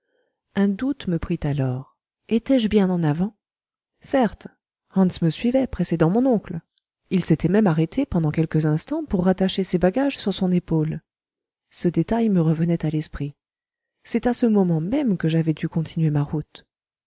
un doute me prit alors étais-je bien en avant certes hans me suivait précédant mon oncle il s'était même arrêté pendant quelques instants pour rattacher ses bagages sur son épaule ce détail me revenait à l'esprit c'est à ce moment même que j'avais dû continuer ma route